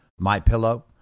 MyPillow